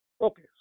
Okay